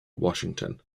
washington